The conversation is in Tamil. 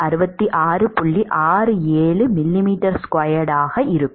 67 mm2 ஆக இருக்கும்